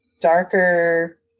darker